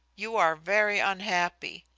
you are very unhappy.